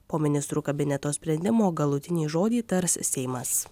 po ministrų kabineto sprendimo galutinį žodį tars seimas